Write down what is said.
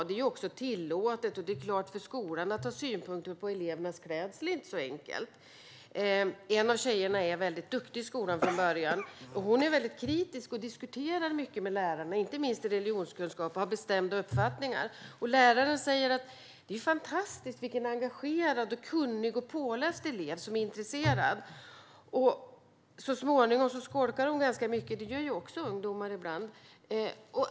Det är ju också tillåtet, och självklart är det inte så enkelt för skolan att ha synpunkter på elevernas klädsel. En av tjejerna är väldigt duktig i skolan från början. Hon är väldigt kritisk, diskuterar mycket med lärarna inte minst i religionskunskap och har bestämda uppfattningar. Läraren säger att det är ju fantastiskt vilken intresserad, engagerad, kunnig och påläst elev! Så småningom skolkar hon ganska mycket, och det gör ju ungdomar ibland.